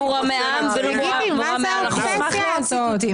תגיד לי, מה זאת האובססיה הזאת?